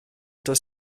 does